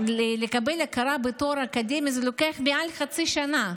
לקבל הכרה בתואר אקדמי זה לוקח מעל חצי שנה.